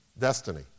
destiny